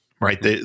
Right